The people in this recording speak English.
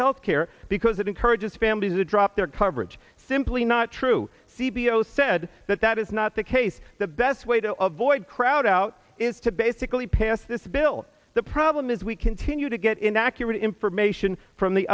health care because it encourages families to drop their coverage simply not true c b s said that that is not the case the best way to avoid crowd out is to basically pass this bill the problem is we continue to get inaccurate information from the